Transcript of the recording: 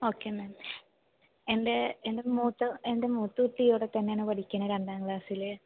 okay ma'am എൻ്റെ എൻ്റെ മൂത്ത എൻ്റെ മൂത്ത കുട്ടിയും ഇവിടെ തന്നെയാണ് പഠിക്കണത് രണ്ടാം ക്ലാസിൽ